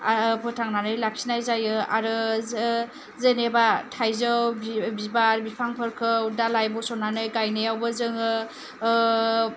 फोथांनानै लाखिनाय जायो आरो जेनेबा थायजौ बिबार बिफांफोरखौ दालाय बसनानै गायनायावबो जोङो